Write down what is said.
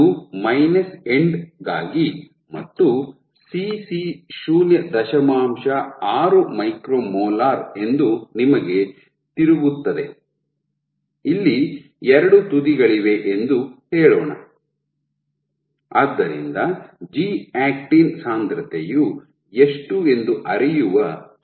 ಇದು minus end ಗಾಗಿ ಮತ್ತು ಸಿಸಿ ಶೂನ್ಯ ದಶಮಾಂಶ ಆರು ಮೈಕ್ರೋ ಮೋಲಾರ್ ಎಂದು ನಿಮಗೆ ತಿರುಗುತ್ತದೆ ಇಲ್ಲಿ ಎರಡು ತುದಿಗಳಿವೆ ಎಂದು ಹೇಳೋಣ ಆದ್ದರಿಂದ ಜಿ ಆಕ್ಟಿನ್ ಸಾಂದ್ರತೆಯು ಎಷ್ಟು ಎಂದು ಅರಿಯುವ ಅಗತ್ಯವಿದೆ